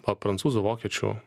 va prancūzų vokiečių